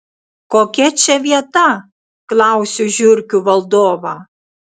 kokia čia vieta klausiu žiurkių valdovą